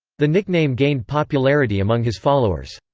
the nickname gained popularity among his followers.